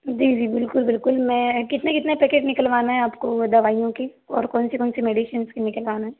जी जी बिल्कुल बिल्कुल मैं कितने कितने पैकेट निकलवाना है आपको दवाइयों के और कौन सी कौन सी मेडिसिन्स की निकलवाना है